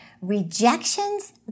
rejections